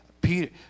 Peter